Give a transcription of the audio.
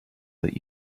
that